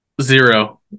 Zero